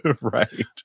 Right